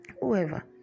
Whoever